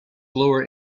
lower